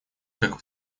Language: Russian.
как